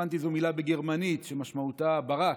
הבנתי שזו מילה בגרמנית שמשמעותה ברק,